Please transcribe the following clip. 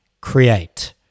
create